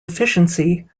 efficiency